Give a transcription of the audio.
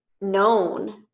known